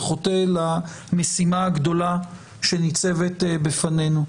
וחוטא למשימה הגדולה שניצבת בפנינו.